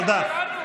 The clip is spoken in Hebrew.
תודה.